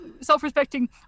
self-respecting